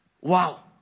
Wow